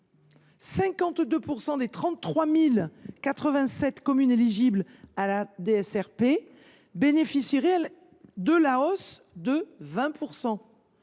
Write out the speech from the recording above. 52 % des 33 087 communes éligibles à la DSR péréquation bénéficieraient de la hausse de 20